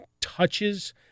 touches